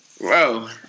bro